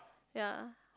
yea